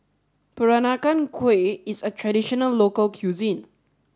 Peranakan Kueh is a traditional local cuisine